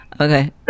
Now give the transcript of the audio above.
Okay